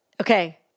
Okay